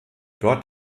dort